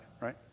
right